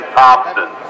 Thompson